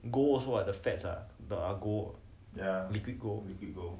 gold also what the fats they are gold liquid gold